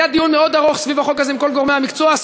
היה דיון מאוד ארוך סביב החוק הזה עם כל גורמי המקצוע.